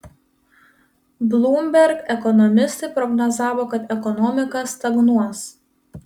bloomberg ekonomistai prognozavo kad ekonomika stagnuos